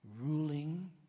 Ruling